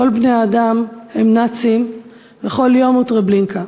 כל בני-האדם הם נאצים וכל יום הוא טרבלינקה"